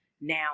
now